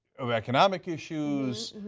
of economic issues,